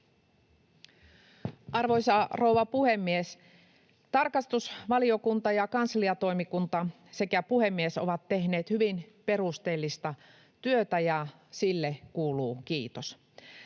Arvoisa rouva puhemies! Tarkastusvaliokunta ja kansliatoimikunta sekä puhemies ovat tehneet hyvin perusteellista työtä, ja sille kuuluu kiitos.